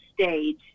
stage